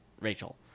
Rachel